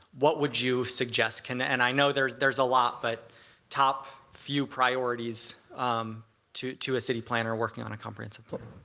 what would you suggest? and i know there's there's a lot, but top few priorities um to to a city planner working on a comprehensive plan.